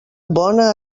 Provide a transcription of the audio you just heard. bona